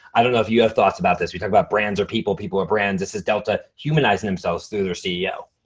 i don't know if you have thoughts about this. we talked about brands are people, people are brands, this is delta humanizing themselves through their ceo.